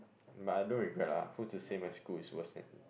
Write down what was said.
but I don't regret lah who's to say my school is worse than